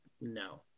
No